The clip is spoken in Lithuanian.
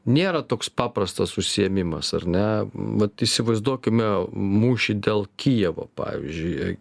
nėra toks paprastas užsiėmimas ar ne vat įsivaizduokime mūšį dėl kijevo pavyzdžiui